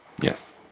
Yes